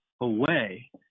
away